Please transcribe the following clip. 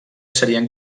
serien